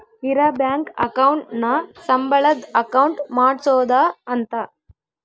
ಇರ bank account ನ ಸಂಬಳದ್ ಅಕೌಂಟ್ ಮಾಡ್ಸೋದ ಅಂತ